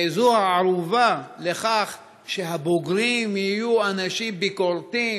הוא הערובה לכך שהבוגרים יהיו אנשים ביקורתיים,